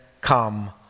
come